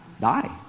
Die